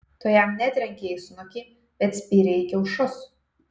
tu jam netrenkei į snukį bet spyrei į kiaušus